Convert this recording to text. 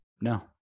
No